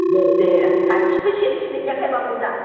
दे दे child specialist देखायब्ला मोजां